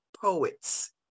poets